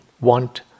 want